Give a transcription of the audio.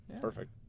Perfect